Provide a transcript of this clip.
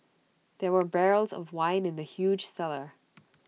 there were barrels of wine in the huge cellar